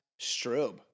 strobe